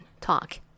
Talk